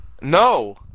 No